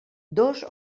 dos